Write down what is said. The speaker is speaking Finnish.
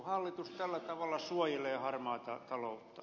hallitus tällä tavalla suojelee harmaata taloutta